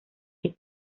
que